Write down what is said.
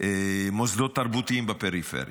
מוסדות תרבותיים בפריפריה,